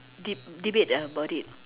de~ debate about it